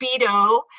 speedo